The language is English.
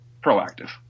proactive